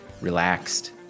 relaxed